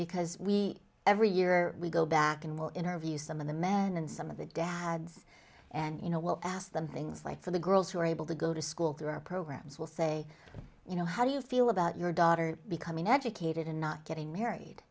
because we every year we go back and we'll interview some of the men and some of the dads and you know well ask them things like for the girls who are able to go to school there are programs will say you know how do you feel about your daughter becoming educate dated and not getting married